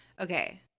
Okay